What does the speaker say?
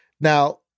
Now